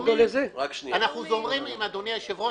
אנחנו זורמים עם אדוני היושב-ראש,